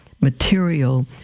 material